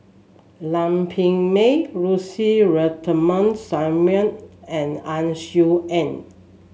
Lam Pin Min Lucy Ratnammah Samuel and Ang Swee Aun